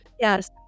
Yes